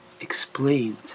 explained